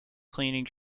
cleaning